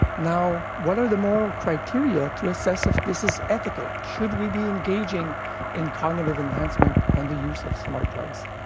now, what are the moral criteria to assess if this is ethical? should we be engaging in cognitive enhancement and the use of smart drugs?